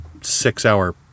six-hour